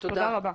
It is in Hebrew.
תודה רבה.